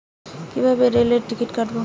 কিভাবে রেলের টিকিট কাটব?